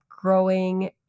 growing